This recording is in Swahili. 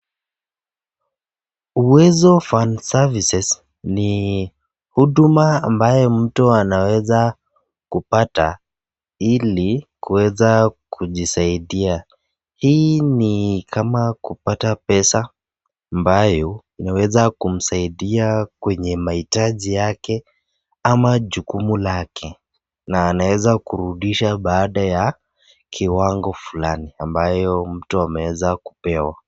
Uwezo Fund Services ,ni huduma ambayo mtu anaweza kupata ili kuweza kujisaidia ,hii ni kama kupata pesa ambayo inaweza kumsaidia kwenye mahitaji yake ama jukumu lake na anaweza kurudisha baada ya kiwango fulani ambayo mtu ameweza kupewa.